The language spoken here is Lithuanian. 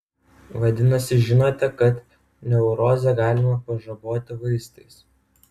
vadinasi žinote kad neurozę galima pažaboti vaistais